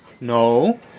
No